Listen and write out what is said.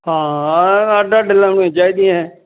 ਹਾਂ ਅੱਡ ਅੱਡ ਲਾਉਣੇ ਚਾਹੀਦੇ ਹੈ